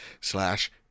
slash